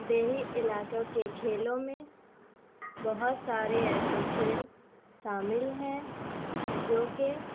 دیہی علاقوں کے کھیلوں میں بہت سارے ایسے کھیل شامل ہیں جو کہ